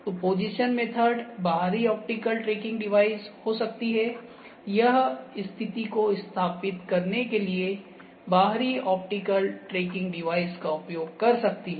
तो position method बाहरी optical tracking device हो सकती है यह स्थिति को स्थापित करने के लिए बाहरी ऑप्टिकल ट्रैकिंग डिवाइस का उपयोग कर सकती है